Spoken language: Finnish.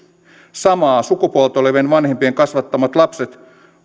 samaa sukupuolta olevien vanhempien kasvattamat lapset